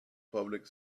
public